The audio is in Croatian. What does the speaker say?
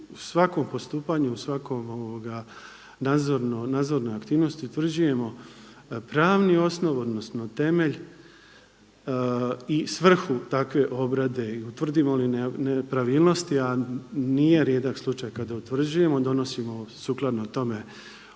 u svakom postupanju, u svakoj nadzornoj aktivnosti utvrđujemo pravni osnov, odnosno temelj i svrhu takve obrade. I utvrdimo li nepravilnosti a nije rijedak slučaj kada utvrđujemo, donosimo sukladno tome ono